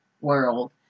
world